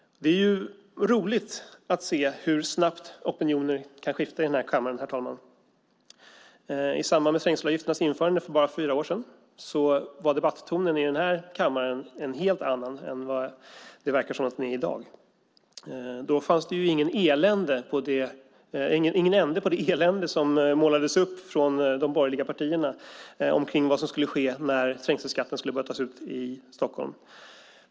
Det är roligt att se hur snabbt opinioner kan skifta i den här kammaren, herr talman. I samband med trängselavgifternas införande för bara fyra år sedan var debattonen i den här kammaren en helt annan än den verkar vara i dag. Då fanns det ingen ände på det elände som målades upp från de borgerliga partierna om det som skulle ske när trängselskatten skulle börja tas ut i Stockholm.